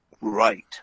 Right